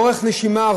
אורך נשימה.